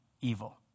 evil